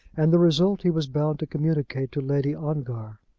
and the result he was bound to communicate to lady ongar.